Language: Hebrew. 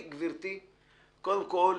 גברתי, קודם כול,